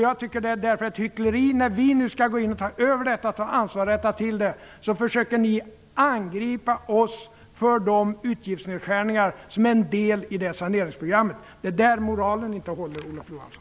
Jag tycker därför att det är hyckleri att ni, när vi nu skall gå in och ta över detta, ta ansvar och rätta till förhållandet, försöker angripa oss för de utgiftsnedskärningar som är en del i det saneringsprogrammet. Det är där moralen inte håller, Olof Johansson.